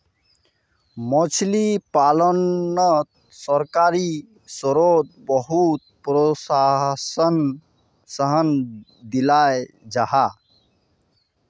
मछली पालानोत सरकारी स्त्रोत बहुत प्रोत्साहन दियाल जाहा